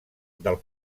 del